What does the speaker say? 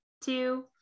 two